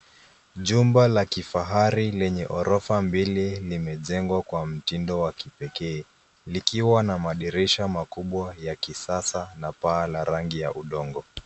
Jumba la kifahari lenye ghorofa mbili limejengwa kwa mtindo wa kipekee, likiwa na madirisha makubwa ya kisasa na paa la rangi ya udongo.